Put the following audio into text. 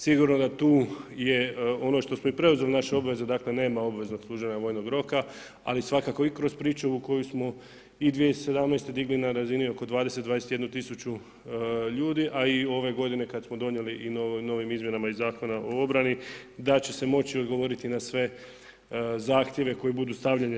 Sigurno da tu je, ono što smo i preuzeli naše obveze, nema obveznog služenja probnog roka, ali svakako i kroz priču koju smo i 2017. digli na razini oko 20, 21 000 ljudi, a i ove godine kad smo donijeli i novim izmjenama i Zakona o obrani da će se moći odgovoriti na sve zahtjeve koji budu stavljeni.